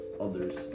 others